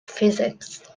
physics